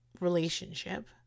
relationship